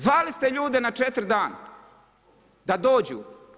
Zvali ste ljude na četiri dana da dođu.